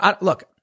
look